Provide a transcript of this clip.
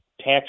tax